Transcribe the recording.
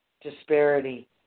Disparity